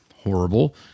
Horrible